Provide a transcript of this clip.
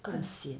更 sian